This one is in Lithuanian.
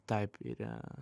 taip yra